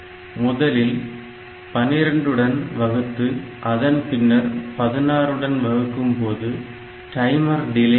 முதலில் 12 உடன் வகுத்து அதன் பின்னர் 16 உடன் வகுக்கும் போது டைமர் டிலே கிடைக்கும்